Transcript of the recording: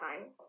time